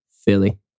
Philly